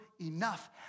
enough